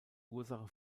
ursache